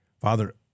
Father